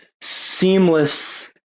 seamless